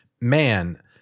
man